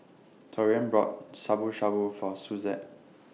Taurean bought Shabu Shabu For Suzette